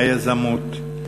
היזמות,